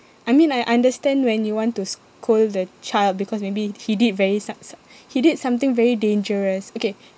I mean I understand when you want to scold the child because maybe he did very su~ su~ he did something very dangerous okay